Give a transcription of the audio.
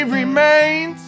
remains